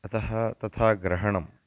अतः तथा ग्रहणम्